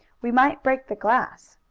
we might break the glass.